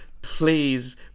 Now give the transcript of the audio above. Please